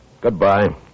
Goodbye